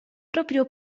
proprio